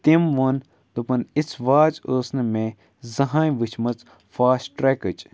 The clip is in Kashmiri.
تٔمۍ ووٚن دوٚپُن یِژھ واچ ٲس نہٕ مےٚ زٔہٲنۍ وٕچھمٕژ فاسٹرٛٮ۪کٕچ